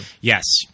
Yes